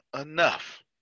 enough